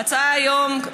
ההצעה היום,